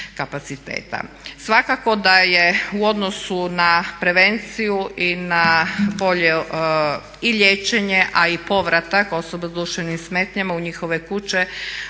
Svakako da je u odnosu na prevenciju i na bolje i liječenje a i povratak osoba sa duševnim smetnjama u njihove kuće